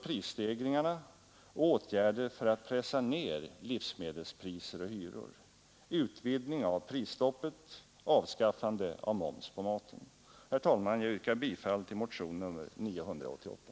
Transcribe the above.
Herr talman! Jag yrkar bifall till motionen 988.